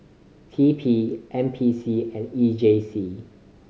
T P N P C and E J C